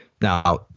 now